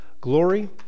glory